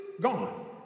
gone